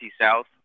South